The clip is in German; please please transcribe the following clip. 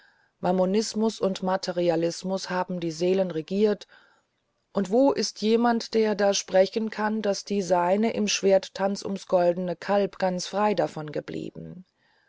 mammonismus und materialismus haben die seelen regiert und wo ist jemand der da sprechen kann daß die seine im schwertertanz ums goldene kalb ganz frei davon geblieben